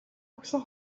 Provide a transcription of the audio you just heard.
үхсэн